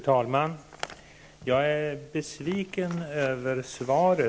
Fru talman! Jag är besviken över svaret.